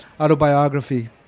autobiography